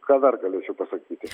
ką dar galėčiau pasakyti